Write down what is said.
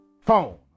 phone